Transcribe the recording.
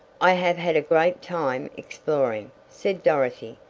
i have had a great time exploring, said dorothy,